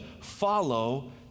follow